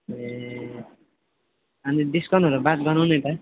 ए अनि डिस्काउन्टहरूको बात गर्नु नि त